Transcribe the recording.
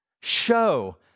show